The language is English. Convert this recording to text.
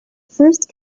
first